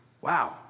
Wow